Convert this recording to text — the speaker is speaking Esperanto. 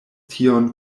tion